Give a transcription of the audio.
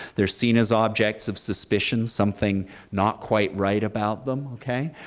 they're seen as objects of suspicion, something not quite right about them, okay.